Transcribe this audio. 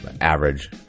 Average